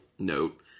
Note